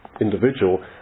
individual